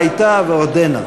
הייתה ועודנה.